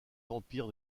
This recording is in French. vampire